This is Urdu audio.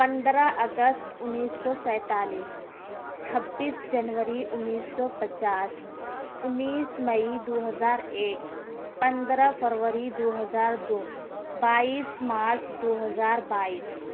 پندرہ اگست انیس سو سینتالیس چھبیس جنوری انیس سو پچاس انیس مئی دو ہزار ایک پندرہ فروری دو ہزار دو بائیس مارچ دو ہزار بائیس